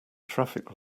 traffic